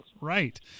Right